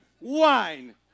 Wine